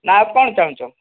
ନା ଆଉ କ'ଣ ଚାହୁଁଛ